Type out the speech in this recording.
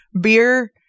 beer